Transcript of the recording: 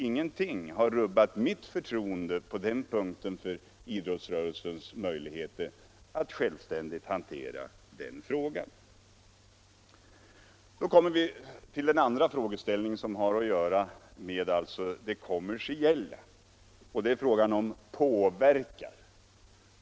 Ingenting har rubbat mitt förtroende för idrottsrörelsens möjligheter att självständigt hantera den frågan. Den andra frågeställningen beträffande kommersialiseringen gäller om bidragen styr idrotten.